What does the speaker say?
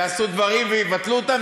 יעשו דברים ויבטלו אותם,